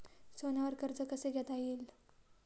सोन्यावर कर्ज कसे घेता येईल?